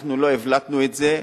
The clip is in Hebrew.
אנחנו לא הבלטנו את זה,